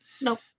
Nope